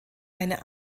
eine